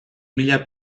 mila